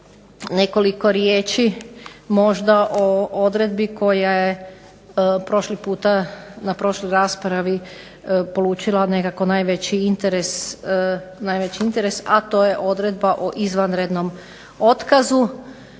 nekoliko riječi možda o odredbi koja je prošli puta, na prošloj raspravi polučila nekako najveći interes, a to je odredba o izvanrednom otkazu.